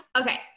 Okay